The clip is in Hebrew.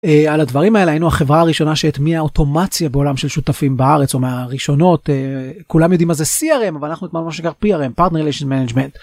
על הדברים האלה היינו החברה הראשונה שהטמיע אוטומציה בעולם של שותפים בארץ או מראשונות כולם יודעים מה זה 'סי אר אן' אבל אנחנו אמרנו שכר פי ארהם פרטנר לישון מנג'מנט.